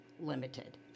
limited